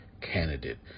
candidate